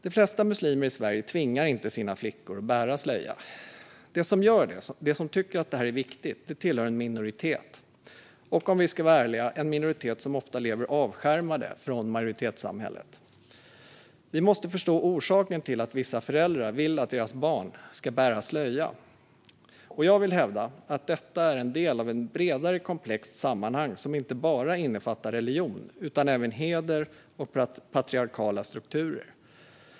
De flesta muslimer i Sverige tvingar inte sina flickor att bära slöja. De som gör det och som tycker att det här är viktigt hör till en minoritet, och om vi ska vara ärliga är det en minoritet som ofta lever avskärmade från majoritetssamhället. Vi måste förstå orsaken till att vissa föräldrar vill att deras barn ska bära slöja, och jag vill hävda att detta är en del av ett bredare, komplext sammanhang som inte bara innefattar religion utan även heder och patriarkala strukturer.